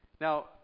Now